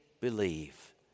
believe